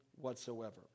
whatsoever